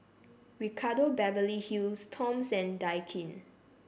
Ricardo Beverly Hills Toms and Daikin